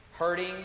Hurting